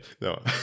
No